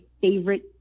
favorite